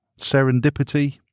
serendipity